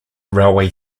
railway